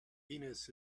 venus